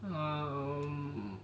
um